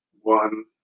one